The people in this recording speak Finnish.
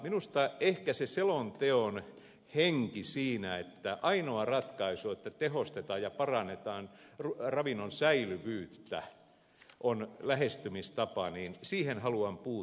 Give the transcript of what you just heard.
minusta ehkä se selonteon henki siinä että ainoa ratkaisu on että tehostetaan ja parannetaan ravinnon säilyvyyttä on lähestymistapa johon haluan puuttua